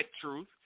truth